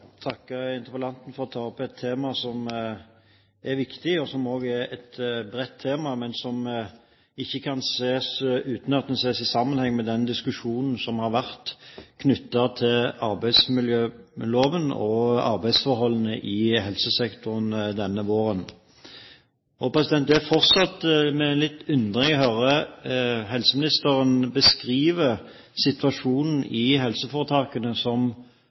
takke interpellanten for å ta opp et tema som er viktig, og som også er et bredt tema, men som må ses i sammenheng med diskusjonen denne våren knyttet til arbeidsmiljøloven og arbeidsforholdene i helsesektoren. Det er fortsatt med litt undring jeg hører helseministeren beskrive situasjonen i helseforetakene, som